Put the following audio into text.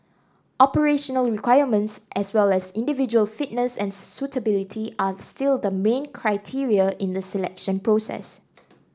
operational requirements as well as individual fitness and suitability are still the main criteria in the selection process